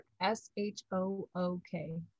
s-h-o-o-k